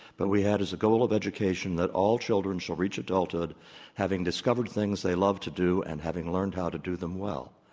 but we had as a goal of education that all children shall reach adulthood having discovered things they love to do and having learned how to do them well.